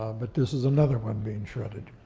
ah but this is another one being shredded.